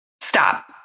stop